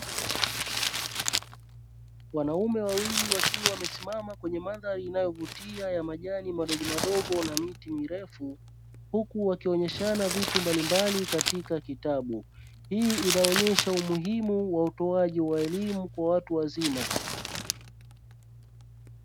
Wanaume wawili wakiwa wamesimama kwenye mandhari inayo vutia ya majani madogo madogo na viti virefu, hii inaonesha umuhimu wa utoaji wa elimu kwa watu wazima.